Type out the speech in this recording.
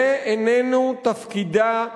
זה איננו תפקידה,